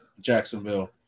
Jacksonville